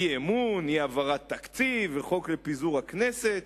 אי-אמון, אי-העברת תקציב וחוק לפיזור הכנסת,